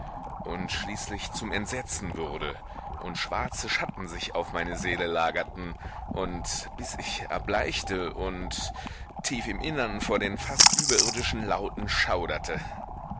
und schließlich zum entsetzen wurde und schwarze schatten sich auf meine seele lagerten und bis ich erbleichte und tief im innern vor den fast überirdischen lauten